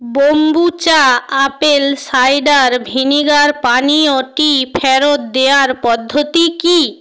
kombucha apple cider vinegar পানীয়টি ফেরত দেওয়ার পদ্ধতি কী